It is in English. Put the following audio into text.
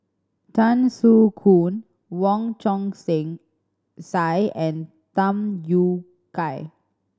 Tan Soo Khoon Wong Chong Same Sai and Tham Yui Kai